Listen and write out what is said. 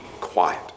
quiet